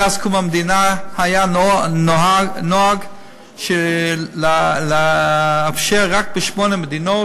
מאז קום המדינה היה נוהג לאפשר רק משמונה מדינות,